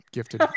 gifted